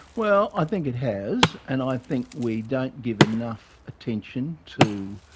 well, i think it has. and i think we don't give enough attention to